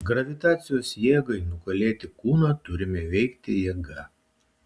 gravitacijos jėgai nugalėti kūną turime veikti jėga